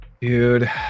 Dude